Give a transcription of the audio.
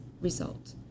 result